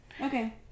Okay